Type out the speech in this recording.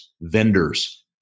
vendors